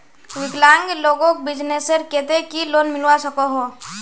विकलांग लोगोक बिजनेसर केते की लोन मिलवा सकोहो?